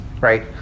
right